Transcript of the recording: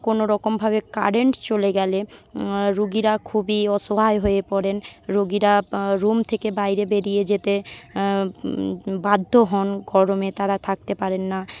কোনওরকমভাবে current চলে গেলে রুগিরা খুবই অসহায় হয়ে পড়েন রোগিরা রুম থেকে বাইরে বেরিয়ে যেতে বাধ্য হন গরমে তারা থাকতে পারেন না